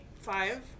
Five